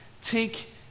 take